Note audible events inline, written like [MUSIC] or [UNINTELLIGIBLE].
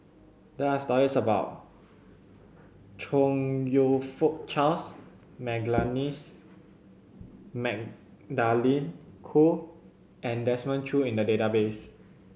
there are stories about Chong You Fook Charles [UNINTELLIGIBLE] Magdalene Khoo and Desmond Choo in the database